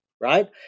right